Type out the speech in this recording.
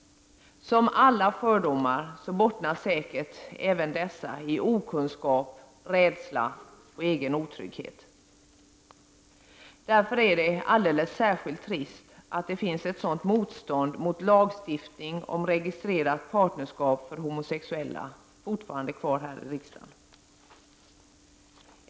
Som alla fördomar bottnar säkert även dessa i okunskap, rädsla och egen otrygghet. Därför är det alldeles särskilt trist att det fortfarande här i riksdagen finns ett sådant motstånd mot lagstiftning om registrerat partnerskap för homosexuella.